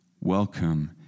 welcome